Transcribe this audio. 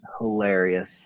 hilarious